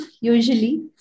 usually